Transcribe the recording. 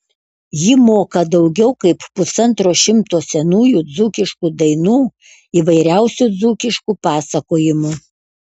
ji moka daugiau kaip pusantro šimto senųjų dzūkiškų dainų įvairiausių dzūkiškų pasakojimų